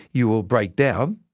you will break down,